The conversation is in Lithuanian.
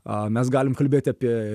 a mes galim kalbėti apie